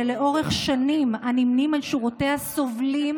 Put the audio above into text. שלאורך שנים הנמנים עם שורותיה סובלים